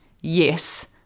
yes